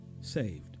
saved